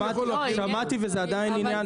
שמעתי וזה עדיין עניין.